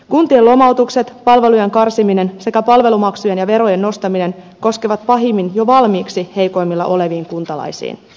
kuntien lomautukset palvelujen karsiminen sekä palvelumaksujen ja verojen nostaminen koskevat pahimmin jo valmiiksi heikoimmilla oleviin kuntalaisiin